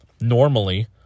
normally